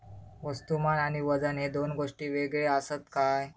वस्तुमान आणि वजन हे दोन गोष्टी वेगळे आसत काय?